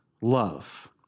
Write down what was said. love